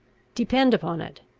depend upon it,